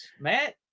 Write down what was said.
matt